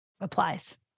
applies